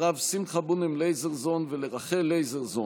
לרב שמחה בונם לייזרזון ולרחל לייזרזון,